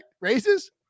Raises